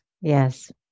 Yes